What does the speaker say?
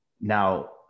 Now